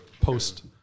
post